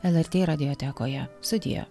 lrt radiotekoje sudie